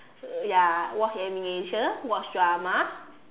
ya watch animation watch drama